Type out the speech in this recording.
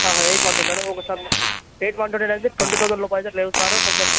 eight one twenty eight okay sir eight one twenty eight అయితే twenty thousand లోపుల అయితే లేవు సార్ కొంచెం